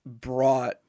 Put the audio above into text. brought